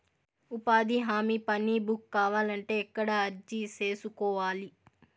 ఉపాధి హామీ పని బుక్ కావాలంటే ఎక్కడ అర్జీ సేసుకోవాలి?